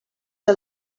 que